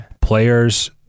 players